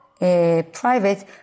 private